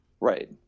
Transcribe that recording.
Right